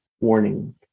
warning